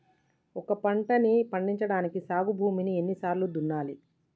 ఒక పంటని పండించడానికి సాగు భూమిని ఎన్ని సార్లు దున్నాలి?